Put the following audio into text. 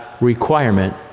requirement